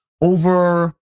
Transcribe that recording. Over